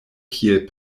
kiel